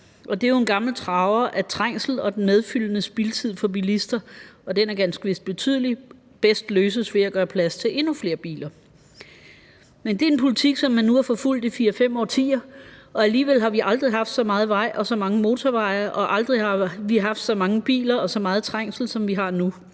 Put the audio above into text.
Det er jo en gammel traver, at trængsel og den medfølgende spildtid for bilister, og den er ganske vist betydelig, bedst løses ved at gøre plads til endnu flere biler. Det er en politik, man nu har forfulgt i fire-fem årtier, og alligevel har vi aldrig haft så meget vej og så mange motorveje, og aldrig har vi haft så mange biler og så meget trængsel, som vi har nu.